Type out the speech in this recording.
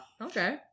Okay